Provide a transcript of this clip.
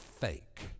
fake